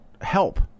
help